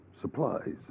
supplies